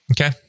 Okay